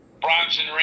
Bronson